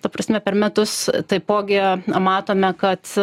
ta prasme per metus taipogi matome kad